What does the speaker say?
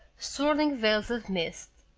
swirling veils of mist.